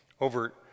Over